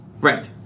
right